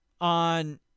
on